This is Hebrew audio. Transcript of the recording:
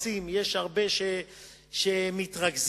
שבסופו של דבר אתם אכן תגיעו למצב שהתוכנית הזאת תקבל את מה שהיא